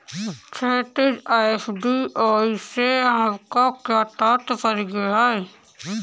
क्षैतिज, एफ.डी.आई से आपका क्या तात्पर्य है?